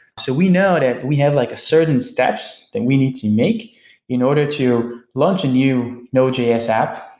so we know that we have like certain steps that we need to make in order to launch a new node js app,